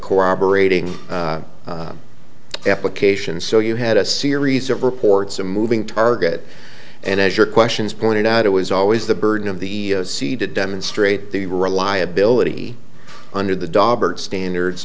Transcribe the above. cooperating applications so you had a series of reports a moving target and as your questions pointed out it was always the burden of the sea to demonstrate the reliability under the dog standards